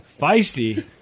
Feisty